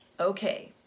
okay